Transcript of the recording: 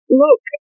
look